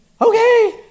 okay